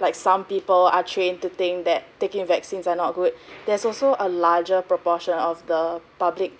like some people are trained to think that taking vaccines are not good there's also a larger proportion of the public